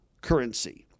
Currency